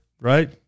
right